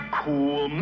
cool